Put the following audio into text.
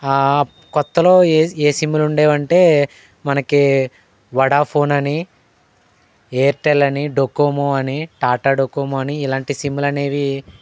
కొత్తలో ఏ సి ఏ సిమ్లు ఉండేవంటే మనకి వోడాఫోన్ అని ఎయిర్టెల్ అని డొకోమో అని టాటాడొకోమో అని ఇలాంటి సిమ్లు అనేవి